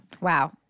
Wow